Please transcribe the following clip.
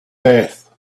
beth